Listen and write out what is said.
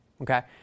Okay